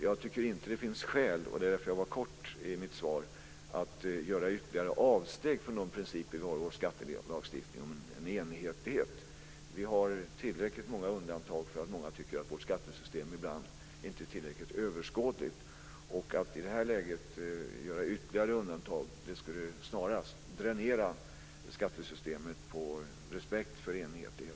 Jag tycker inte att det finns skäl att göra ytterligare avsteg från de principer vi har i vår skattelagstiftning om en enhetlighet, och därför var jag kort i mitt svar. Vi har tillräckligt många undantag i vårt skattesystem för att många ska tycka att det ibland inte är överskådligt. Att i det här läget göra ytterligare undantag skulle snarast dränera skattesystemet på respekten för enhetlighet.